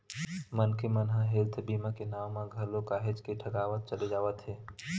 मनखे मन ह हेल्थ बीमा के नांव म घलो काहेच के ठगावत चले जावत हे